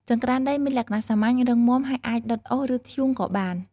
ចង្ក្រានដីមានលក្ខណៈសាមញ្ញ រឹងមាំ ហើយអាចដុតអុស ឬ ធ្យូងក៏បាន។